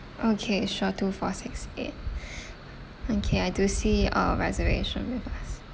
okay sure two four six eight okay I do see a reservation with us